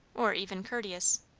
or even courteous.